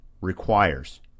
requires